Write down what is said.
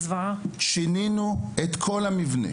שיננו את כל המבנה,